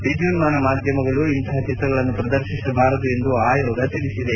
ವಿದ್ಯುನ್ನಾನ ಮಾಧ್ಯಮಗಳು ಇಂತಹ ಚಿತ್ರಗಳನ್ನು ಪ್ರದರ್ತಿಸಬಾರದು ಎಂದು ಆಯೋಗ ತಿಳಿಸಿದೆ